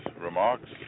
remarks